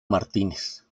martínez